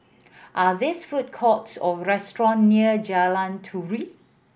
are these food courts or restaurant near Jalan Turi